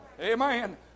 Amen